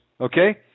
okay